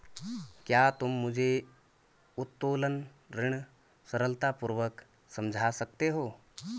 क्या तुम मुझे उत्तोलन ऋण सरलतापूर्वक समझा सकते हो?